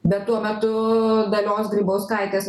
bet tuo metu dalios grybauskaitės